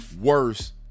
worse